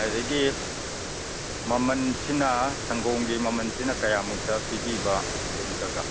ꯑꯗꯒꯤ ꯃꯃꯟꯁꯤꯅ ꯁꯪꯒꯣꯝꯒꯤ ꯃꯃꯟꯁꯤꯅ ꯀꯌꯥꯃꯨꯛꯇ ꯄꯤꯕꯤꯕ ꯑꯗꯨ ꯑꯃꯇꯒ